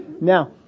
Now